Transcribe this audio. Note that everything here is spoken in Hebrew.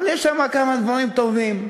אבל יש שם כמה דברים טובים,